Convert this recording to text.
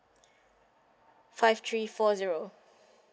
five three four zero